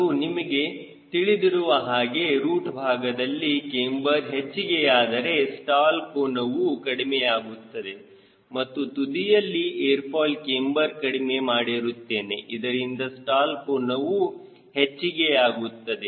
ಹಾಗೂ ನಿಮಗೆ ತಿಳಿದಿರುವ ಹಾಗೆ ರೂಟ್ ಭಾಗದಲ್ಲಿ ಕ್ಯಾಮ್ಬರ್ ಹೆಚ್ಚಿಗೆ ಯಾದರೆ ಸ್ಟಾಲ್ ಕೋನವು ಕಡಿಮೆಯಾಗುತ್ತದೆ ಮತ್ತು ತುದಿಯಲ್ಲಿ ಏರ್ ಫಾಯ್ಲ್ ಕ್ಯಾಮ್ಬರ್ ಕಡಿಮೆ ಮಾಡಿರುತ್ತೇನೆ ಇದರಿಂದ ಸ್ಟಾಲ್ ಕೋನವು ಮೆಚ್ಚಿಗೆಯಾಗುತ್ತದೆ